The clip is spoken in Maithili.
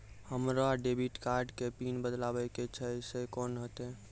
हमरा डेबिट कार्ड के पिन बदलबावै के छैं से कौन होतै?